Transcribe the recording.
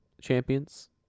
Champions